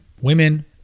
women